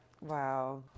Wow